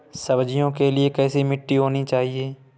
सब्जियों के लिए कैसी मिट्टी होनी चाहिए?